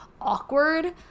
awkward